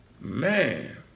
Man